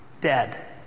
dead